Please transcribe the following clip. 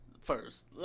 first